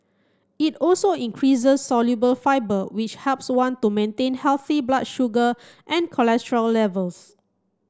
it also increases soluble fibre which helps one to maintain healthy blood sugar and cholesterol levels